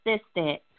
assistant